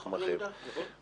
אני יודע, נכון.